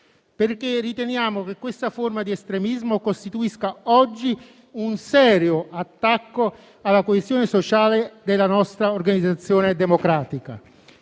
perché riteniamo che questa forma di estremismo costituisca oggi un serio attacco alla coesione sociale della nostra organizzazione democratica.